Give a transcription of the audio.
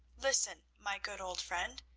listen, my good old friend,